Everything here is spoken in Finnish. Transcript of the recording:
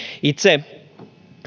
itse